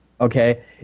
Okay